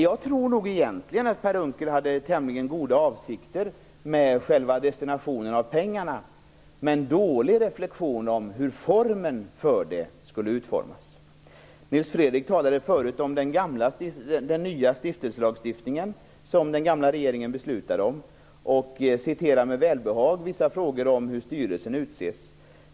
Jag tror nog egentligen att Per Unckel hade tämligen goda avsikter med själva destinationen av pengarna, men inte hade reflekterat så noga över hur det hela skulle utformas. Nils Fredrik Aurelius talade förut om den nya stiftelselagstiftningen som den gamla regeringen beslutade om, och diskuterar med välbehag vissa frågor om hur styrelsen utses.